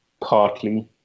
partly